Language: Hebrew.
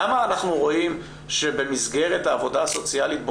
למה אנחנו רואים שבמסגרת העבודה הסוציאלית למעלה מ-40%